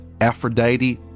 Aphrodite